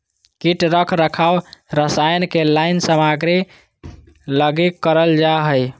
कीट रख रखाव रसायन के लाइन सामग्री लगी करल जा हइ